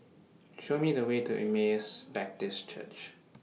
Show Me The Way to Emmaus Baptist Church